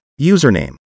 username